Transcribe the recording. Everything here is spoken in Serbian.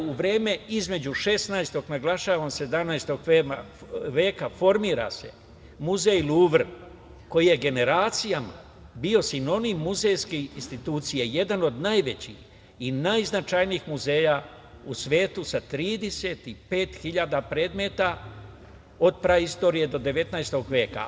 U vreme između 16. i 17. veka, naglašavam, formira se muzej Luvr, koji je generacijama bio sinonim muzejske institucije, jedan od najvećih i najznačajnijih muzeja u svetu sa 35 hiljada predmeta od praistorije do 19. veka.